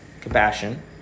compassion